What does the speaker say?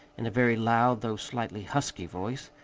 in a very loud, though slightly husky, voice.